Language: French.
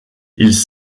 ils